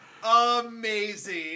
amazing